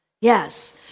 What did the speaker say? Yes